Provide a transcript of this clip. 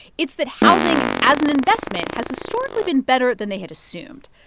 it's that housing, as an investment, has historically been better than they had assumed.